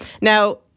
Now